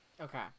Okay